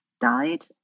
died